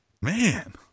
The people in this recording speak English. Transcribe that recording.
Man